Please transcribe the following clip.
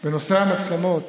בנושא המצלמות,